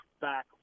back